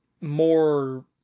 more